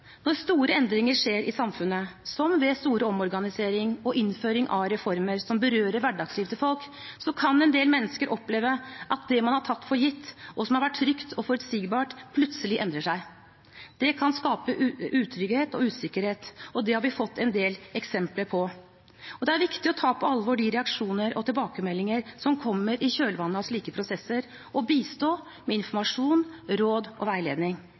Når store endringer skjer i samfunnet, som ved store omorganiseringer og innføring av reformer som berører hverdagslivet til folk, kan en del mennesker oppleve at det man har tatt for gitt, og som har vært trygt og forutsigbart, plutselig endrer seg. Det kan skape utrygghet og usikkerhet, og det har vi fått en del eksempler på. Det er viktig å ta på alvor de reaksjoner og tilbakemeldinger som kommer i kjølvannet av slike prosesser, og bistå med informasjon, råd og veiledning.